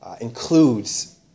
includes